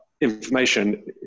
information